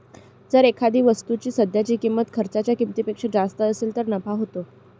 जर एखाद्या वस्तूची सध्याची किंमत खर्चाच्या किमतीपेक्षा जास्त असेल तर नफा होतो